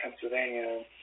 pennsylvania